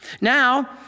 Now